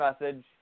message